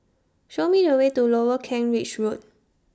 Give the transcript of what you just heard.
Show Me The Way to Lower Kent Ridge Road